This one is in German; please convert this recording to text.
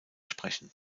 sprechen